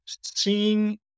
seeing